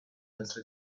inoltre